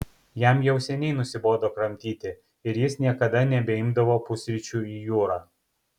jam jau seniai nusibodo kramtyti ir jis niekada nebeimdavo pusryčių į jūrą